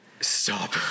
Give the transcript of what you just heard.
Stop